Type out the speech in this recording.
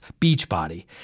Beachbody